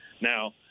Now